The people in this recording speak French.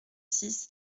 six